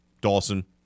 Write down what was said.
Dawson